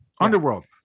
Underworld